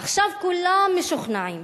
עכשיו כולם משוכנעים